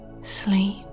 Sleep